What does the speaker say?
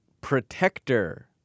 Protector